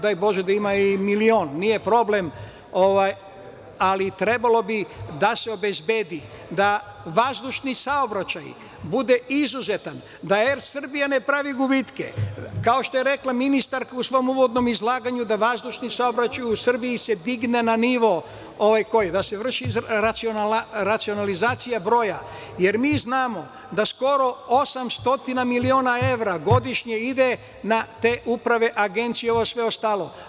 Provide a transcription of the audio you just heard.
Daj bože da ima i milion, nije problem, ali trebalo bi da se obezbedi da vazdušni saobraćaj bude izuzetan, da „Er Srbija“ ne pravi gubitke, kao što je rekla ministarka u svom uvodnom izlaganju, da vazdušni saobraćaj u Srbiji se digne na nivo da se vrši racionalizacija broja, jer mi znamo da skoro 800 miliona evra godišnje ide na te uprave, agencije i sve ostalo.